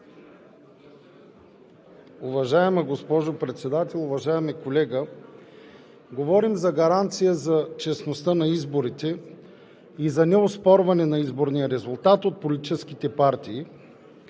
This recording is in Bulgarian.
Уважаема госпожо Председател, уважаеми колеги! Говорим за гаранция за честността на изборите и за неоспорването на изборния резултат от политическите партии.